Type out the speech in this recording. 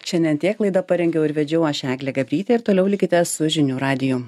šiandien tiek laidą parengiau ir vedžiau aš eglė gabrytė ir toliau likite su žinių radiju